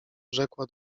rzekła